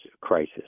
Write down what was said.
crisis